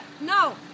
No